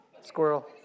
Squirrel